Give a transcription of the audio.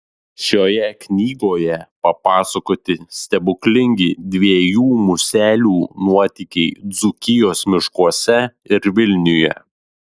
šioje knygoje papasakoti stebuklingi dviejų muselių nuotykiai dzūkijos miškuose ir vilniuje